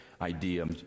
idea